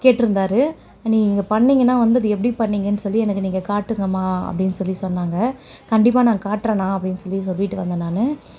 கேட்டிருந்தாரு நீங்கள் பண்ணுணீங்கன்னா வந்து அது எப்படி பண்ணுணீங்கன்னு சொல்லி எனக்கு நீங்கள் காட்டுங்கம்மா அப்படின்னு சொல்லி சொன்னாங்க கண்டிப்பாக நான் காட்டுகிறேண்ணா அப்படின்னு சொல்லி சொல்லிவிட்டு வந்தேன் நான்